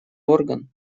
орган